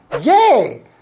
Yay